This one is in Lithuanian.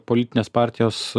politinės partijos